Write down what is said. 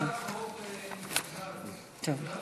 אוקיי.